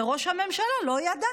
וראש הממשלה לא ידע.